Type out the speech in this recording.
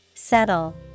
Settle